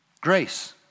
grace